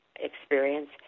experience